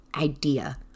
idea